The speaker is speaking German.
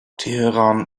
teheran